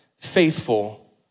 faithful